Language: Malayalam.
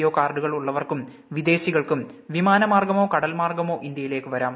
ഒ കാർഡുകൾ ഉള്ളവർക്കും വിദേശികൾക്കും വിമാന മാർഗ്ഗമോ കടൽ മാർഗ്ഗമോ ഇന്ത്യയിലേക്ക് വരാം